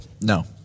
No